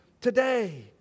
today